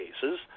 cases